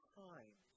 time